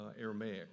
aramaic